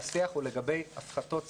השיח הוא לגבי הפחתות שכר,